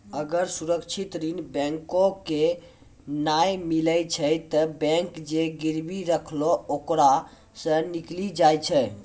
अगर सुरक्षित ऋण बैंको के नाय मिलै छै तै बैंक जे गिरबी रखलो ओकरा सं निकली जाय छै